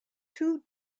two